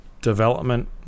development